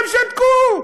כולם שתקו.